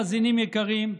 מאזינים יקרים,